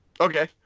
okay